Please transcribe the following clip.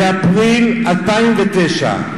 באפריל 2009,